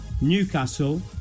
Newcastle